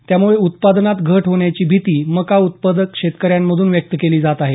त्यामुळे उत्पादनात घट होण्याची भीती मका उत्पादक शेतकऱ्यांमधून व्यक्त केली जात आहे